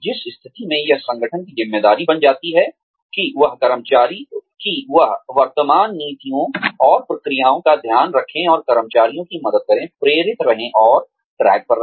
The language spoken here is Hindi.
जिस स्थिति में यह संगठन की ज़िम्मेदारी बन जाती है कि वह वर्तमान नीतियों और प्रक्रियाओं का ध्यान रखे और कर्मचारियों की मदद करे प्रेरित रहे और ट्रैक पर रहे